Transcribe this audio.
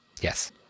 Yes